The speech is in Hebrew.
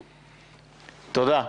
תודה.